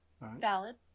Valid